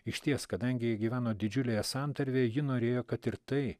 išties kadangi ji gyveno didžiulėje santarvėj ji norėjo kad ir tai